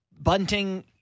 Bunting